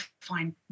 find